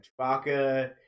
Chewbacca